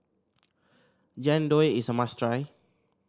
Jian Dui is a must try